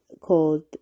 called